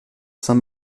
saint